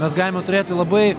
mes galime turėti labai